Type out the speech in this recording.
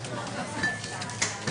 של 90 ימים עד הגשת כתב אישום,